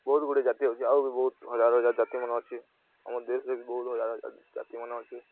ବହୁତ୍ ଗୁଡ଼େ ଜାତି ଅଛେ ଆଉ ବି ବହୁତ୍ ହଜାର୍ ହାଜର୍ ଜାତିମାନେ ଅଛେ ଆମର୍ ଦେଶ୍ରେ ବି ବହୁତ୍ ହଜାର୍ ହାଜର୍ ଜାତିମାନେ ଅଛେ